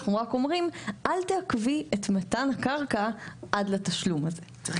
אנחנו רק אומרים: ״אל תעכבי את מתן הקרקע עד לקבלת התשלום הזה״.